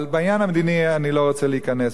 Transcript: אבל בעניין המדיני אני לא רוצה להיכנס.